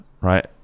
right